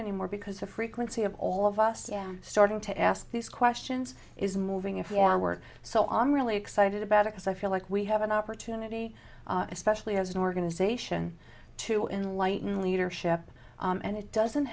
anymore because the frequency of all of us starting to ask these questions is moving if you work so i'm really excited about it because i feel like we have an opportunity especially as an organization to enlighten leadership and it doesn't